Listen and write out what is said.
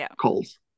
calls